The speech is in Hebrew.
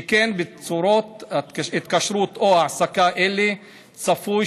שכן בצורות התקשרות או העסקה אלה צפוי